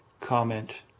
Comment